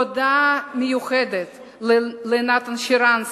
תודה מיוחדת לנתן שרנסקי,